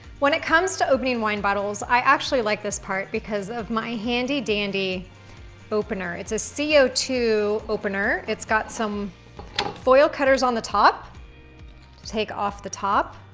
when it comes to opening wine bottles, i actually like this part because of my handy dandy opener. it's a c o two opener, it's got some foil cutters on the top to take off the top.